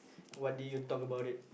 what did you talk about it